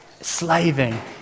Slaving